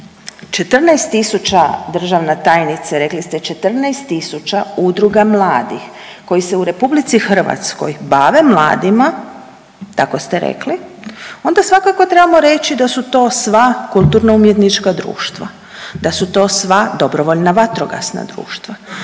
14000 državna tajnice rekli ste 14000 udruga mladih koji se u Republici Hrvatskoj bave mladima, tako ste rekli onda svakako trebamo reći da su to sva kulturno-umjetnička društva, da su to sva dobrovoljna vatrogasna društva,